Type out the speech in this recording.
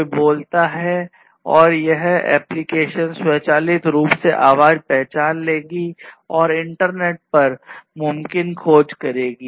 कोई बोलता है और यह एप्लीकेशन स्वचालित रूप से आवाज पहचान लेगी और इंटरनेट पर मुमकिन खोज करेगी